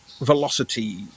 velocity